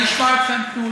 אני אשמע אתכם.